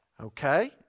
Okay